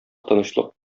тынычлык